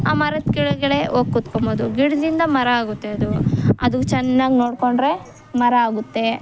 ಆ ಮರದ ಕೆಳಗಡೆ ಹೋಗಿ ಕುತ್ಕೊಳ್ಬೋದು ಗಿಡದಿಂದ ಮರ ಆಗುತ್ತೆ ಅದು ಅದು ಚೆನ್ನಾಗಿ ನೋಡ್ಕೊಂಡ್ರೆ ಮರ ಆಗುತ್ತೆ